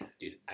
Dude